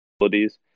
abilities